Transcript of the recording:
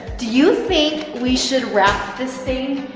do you think we should wrap this thing?